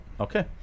okay